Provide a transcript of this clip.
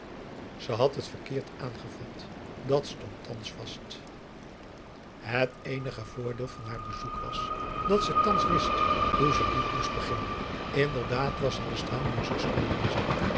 ze had het verkeerd aangevat dat stond thans vast het eenige voordeel van haar bezoek was dat ze thans wist hoe ze n i e t moest beginnen inderdaad was het bestaan dier zuster louise